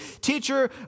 Teacher